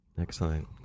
Excellent